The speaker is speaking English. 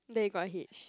then you got a hitch